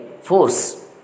force